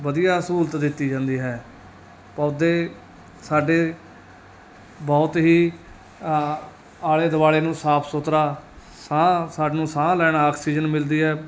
ਵਧੀਆ ਸਹੂਲਤ ਦਿੱਤੀ ਜਾਂਦੀ ਹੈ ਪੌਦੇ ਸਾਡੇ ਬਹੁਤ ਹੀ ਅ ਆਲੇ ਦੁਆਲੇ ਨੂੰ ਸਾਫ ਸੁਥਰਾ ਸਾਹ ਸਾਨੂੰ ਸਾਹ ਲੈਣ ਆਕਸੀਜਨ ਮਿਲਦੀ ਹੈ